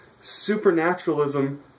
supernaturalism